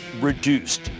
reduced